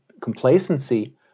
complacency